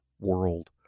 world